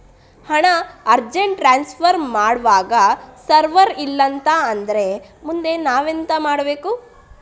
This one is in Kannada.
ಹಣ ಅರ್ಜೆಂಟ್ ಟ್ರಾನ್ಸ್ಫರ್ ಮಾಡ್ವಾಗ ಸರ್ವರ್ ಇಲ್ಲಾಂತ ಆದ್ರೆ ಮುಂದೆ ನಾವೆಂತ ಮಾಡ್ಬೇಕು?